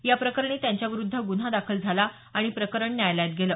या प्रकरणी त्यांच्याविरुद्ध गुन्हा दाखल झाला आणि प्रकरण न्यायालयात गेलं